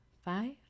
five